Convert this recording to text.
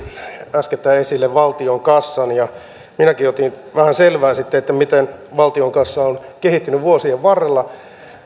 äskettäin esille valtion kassan ja minäkin otin sitten vähän selvää miten valtion kassa on kehittynyt vuosien varrella